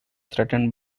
threatened